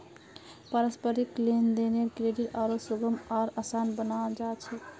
पारस्परिक लेन देनेर क्रेडित आरो सुगम आर आसान बना छेक